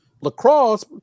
lacrosse